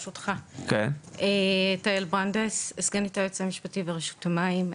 ברשותך, אני סגנית היועץ המשפטי ברשות המים.